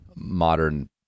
Modern